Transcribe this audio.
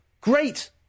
Great